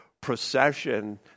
procession